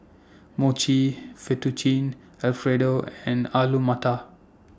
Mochi Fettuccine Alfredo and Alu Matar